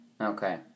Okay